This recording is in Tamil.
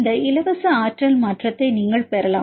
இந்த இலவச ஆற்றல் மாற்றத்தை நீங்கள் பெறலாம்